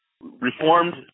Reformed